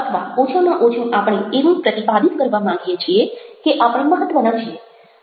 અથવા ઓછામાં ઓછું આપણે એવું પ્રતિપાદિત કરવા માંગીએ છીએ કે આપણે મહત્ત્વના છીએ